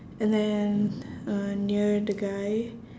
and then uh near the guy